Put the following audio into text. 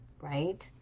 right